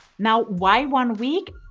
now why one week.